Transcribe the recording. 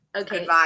Okay